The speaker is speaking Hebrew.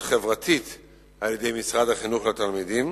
תעודת בגרות חברתית על-ידי משרד החינוך לתלמידים